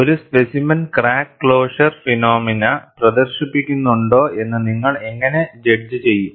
ഒരു specimen crack closure phenomena പ്രദർശിപ്പിക്കുന്നുണ്ടോ എന്ന് നിങ്ങൾ എങ്ങനെ ജഡ്ജ് ചെയ്യും